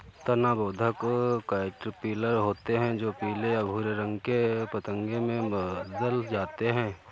तना बेधक कैटरपिलर होते हैं जो पीले या भूरे रंग के पतंगे में बदल जाते हैं